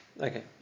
Okay